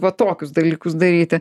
va tokius dalykus daryti